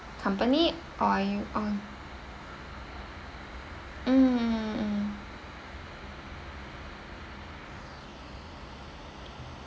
company or are you on~ mm mm